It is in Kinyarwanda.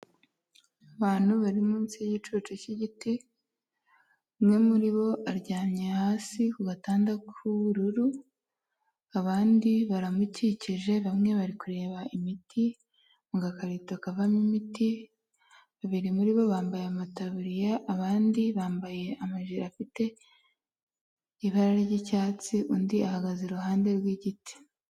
Abantu bari munsi y'igicucu cy'igiti umwe muri bo aryamye hasi ku gatanda kubururu, abandi baramukikije bamwe bari kureba imiti mu gakarito kavamo imiti. Babiri muri bo bambaye amataburiy, abandi bambaye amajiri afite ibara ry'icyatsi undi ahagaze iruhande rw'igiti.